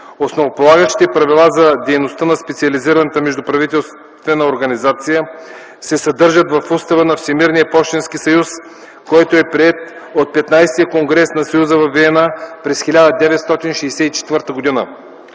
Основополагащите правила за дейността на специализираната междуправителствена организация се съдържат в Устава на Всемирния пощенски съюз, който е приет от XV конгрес на съюза във Виена през 1964 г.